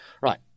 Right